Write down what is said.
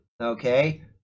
okay